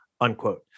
unquote